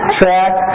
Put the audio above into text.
track